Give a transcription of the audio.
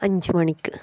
അഞ്ച് മണിക്ക്